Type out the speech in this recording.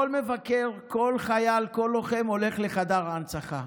כל מבקר, כל חייל, כל לוחם הולך לחדר ההנצחה,